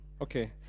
Okay